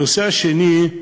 הנושא השני הוא